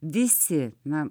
visi na